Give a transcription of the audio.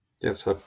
Yes